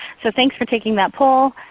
so thanks for taking that poll,